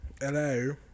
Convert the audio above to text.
Hello